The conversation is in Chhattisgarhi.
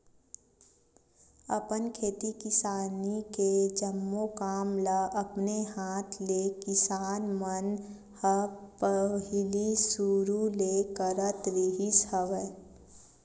अपन खेती किसानी के जम्मो काम ल अपने हात ले किसान मन ह पहिली सुरु ले करत रिहिस हवय